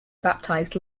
baptized